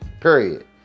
Period